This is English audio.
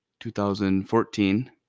2014